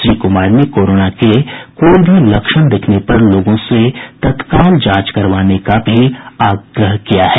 श्री कुमार ने कोरोना के कोई भी लक्षण दिखने पर लोगों से तत्काल जांच करवाने का भी आग्रह किया है